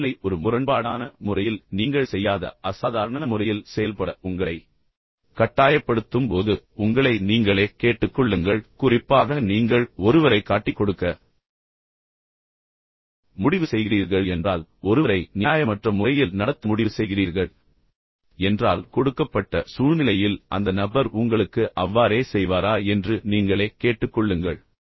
எனவே சூழ்நிலை ஒரு முரண்பாடான முறையில் நீங்கள் செய்யாத அசாதாரண முறையில் செயல்பட உங்களை கட்டாயப்படுத்தும் போது உங்களை நீங்களே கேட்டுக்கொள்ளுங்கள் குறிப்பாக நீங்கள் ஒருவரைக் காட்டிக்கொடுக்க முடிவு செய்கிறீர்கள் என்றால் நீங்கள் ஒருவரை நியாயமற்ற முறையில் நடத்த முடிவு செய்கிறீர்கள் என்றால் கொடுக்கப்பட்ட சூழ்நிலையில் அந்த நபர் உங்களுக்கு அவ்வாறே செய்வாரா என்று நீங்களே கேட்டுக்கொள்ளுங்கள்